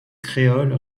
créole